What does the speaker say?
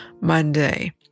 Monday